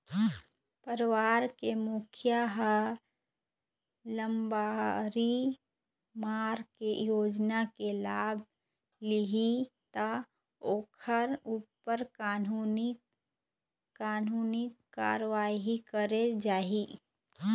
परवार के मुखिया ह लबारी मार के योजना के लाभ लिहि त ओखर ऊपर कानूनी कारवाही करे जाही